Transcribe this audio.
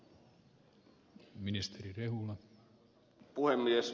arvoisa puhemies